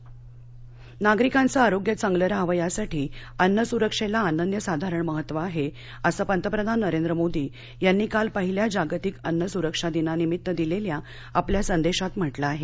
अन्न सुरक्षा नागरिकांचं आरोग्य चांगलं राहावं यासाठी अन्न सुरक्षेला अनन्यसाधारण महत्त्व आहे असं पंतप्रधान नरेंद्र मोदी यांनी काल पहिल्या जागतिक अन्न सुरक्षा दिनानिमित्त दिलेल्या आपल्या संदेशात म्हटलं आहे